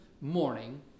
morning